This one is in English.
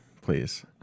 please